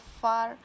far